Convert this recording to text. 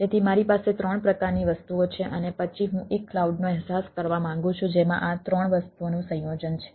તેથી મારી પાસે ત્રણ પ્રકારની વસ્તુઓ છે અને પછી હું એક કલાઉડનો અહેસાસ કરવા માંગુ છું જેમાં આ ત્રણ વસ્તુઓનું સંયોજન છે